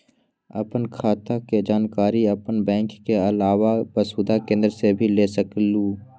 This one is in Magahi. आपन खाता के जानकारी आपन बैंक के आलावा वसुधा केन्द्र से भी ले सकेलु?